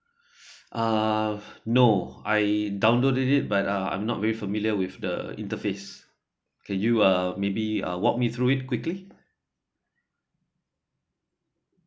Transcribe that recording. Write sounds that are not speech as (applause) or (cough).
(breath) uh no I downloaded it but uh I'm not very familiar with the interface okay you uh may be uh walk me through it quickly